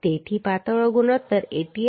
તેથી પાતળો ગુણોત્તર 88